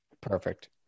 Perfect